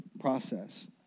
Process